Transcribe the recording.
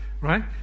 Right